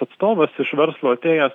atstovas iš verslo atėjęs